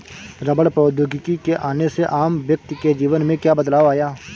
रबड़ प्रौद्योगिकी के आने से आम व्यक्ति के जीवन में क्या बदलाव आया?